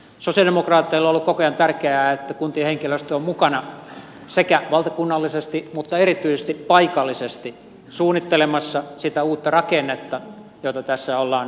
sosialidemokraateille on ollut koko ajan tärkeää että kuntien henkilöstö on mukana sekä valtakunnallisesti mutta erityisesti paikallisesti suunnittelemassa sitä uutta rakennetta jota tässä ollaan nyt tekemässä